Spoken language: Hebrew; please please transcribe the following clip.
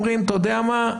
אומרים: אתה יודע מה?